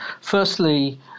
firstly